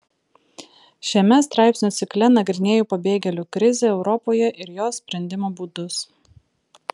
šiame straipsnių cikle nagrinėju pabėgėlių krizę europoje ir jos sprendimo būdus